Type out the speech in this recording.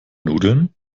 nudeln